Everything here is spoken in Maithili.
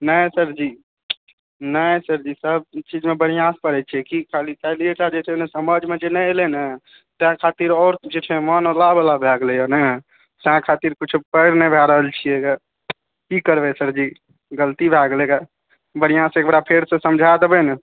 नहि सर जी नहि सर जी सब चीजमे बढ़ियाँसँ करै छियै खालीकाल्हिए टा जे छै ने समझमे जे नहि एलै ने तैं खातिर आओर जे छै मन अला बला भए गेलै हँ ने तैं खातिर कुछो पढि नहि पाबि रहल छियै की करबै सर जी गलती भए गेलै गऽ बढ़िआँसँ एक बेरा फेरसँ समझा देबै ने